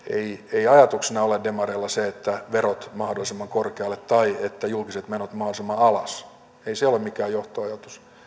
ei ajatuksena ole demareilla se että verot mahdollisimman korkealle tai että julkiset menot mahdollisimman alas ei se ole mikään johtoajatus